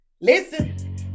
Listen